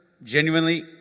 genuinely